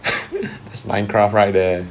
that's minecraft right there